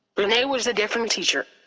renee was a different teacher.